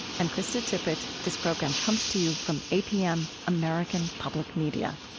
i'm krista tippett. this program comes to you from apm, american public media